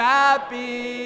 happy